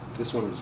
this one